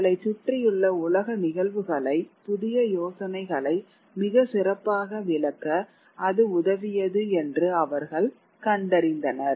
தங்களைச் சுற்றியுள்ள உலக நிகழ்வுகளை புதிய யோசனைகளை மிகச் சிறப்பாக விளக்க அது உதவியது என்று அவர்கள் கண்டறிந்தனர்